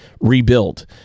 rebuild